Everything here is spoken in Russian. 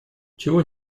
чего